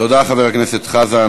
תודה, חבר הכנסת חזן.